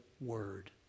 word